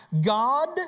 God